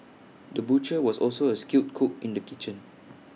the butcher was also A skilled cook in the kitchen